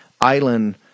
island